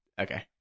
Okay